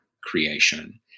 creation